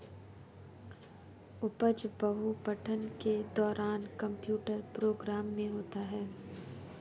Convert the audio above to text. उपज बहु पठन के दौरान कंप्यूटर प्रोग्राम में होता है